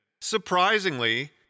Surprisingly